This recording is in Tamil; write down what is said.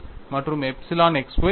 மற்றும் எப்சிலன் x y 0 ஆகும்